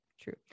True